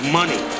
money